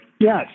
yes